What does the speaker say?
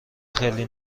خیلی